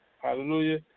Hallelujah